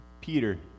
Peter